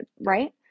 Right